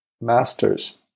masters